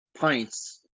pints